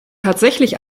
tatsächlich